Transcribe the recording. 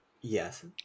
Yes